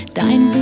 dein